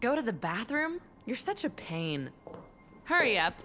go to the bathroom you're such a pain hurry up